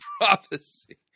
prophecy